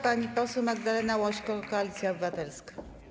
Pani poseł Magdalena Łośko, Koalicja Obywatelska.